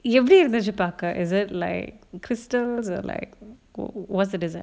எப்படி இருந்துச்சி பாக்க:eppadi irunduchi pakka is it like crystals or like what what's the design